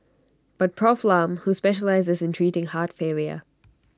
but Prof Lam who specialises in treating heart failure